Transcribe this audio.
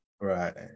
right